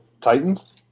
Titans